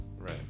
Right